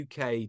UK